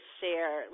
share